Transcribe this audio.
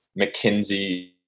McKinsey